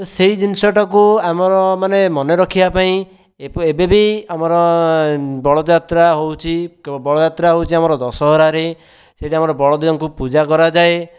ତ ସେଇ ଜିନିଷଟାକୁ ଆମର ମାନେ ମନେରଖିବା ପାଇଁ ଏବେବି ଆମର ବଳଦ ଯାତ୍ରା ହେଉଛି ତ ବଳଦ ଯାତ୍ରା ହେଉଛି ଆମର ଦଶହରାରେ ସେଇଠି ଆମ ବଳଦଙ୍କୁ ପୂଜା କରାଯାଏ